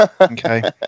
Okay